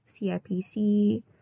CIPC